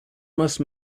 must